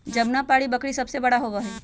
जमुनापारी बकरी सबसे बड़ा होबा हई